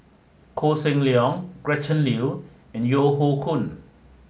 Koh Seng Leong Gretchen Liu and Yeo Hoe Koon